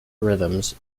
rhythms